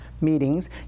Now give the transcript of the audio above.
meetings